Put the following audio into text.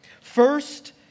First